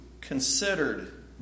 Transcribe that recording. considered